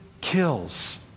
kills